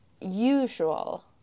usual